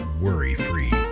worry-free